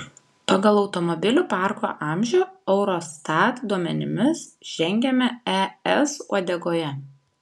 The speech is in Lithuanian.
pagal automobilių parko amžių eurostat duomenimis žengiame es uodegoje